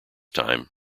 time